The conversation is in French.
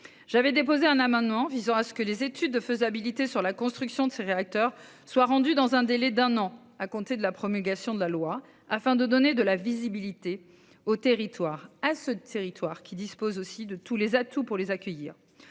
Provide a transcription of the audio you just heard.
J'ai déposé un amendement visant à ce que les études de faisabilité concernant la construction de ces réacteurs soient rendues dans un délai d'un an à compter de la promulgation de la loi, afin de donner de la visibilité à ce territoire qui dispose de tous les atouts pour les recevoir.